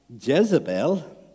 Jezebel